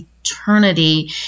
eternity